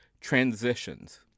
transitions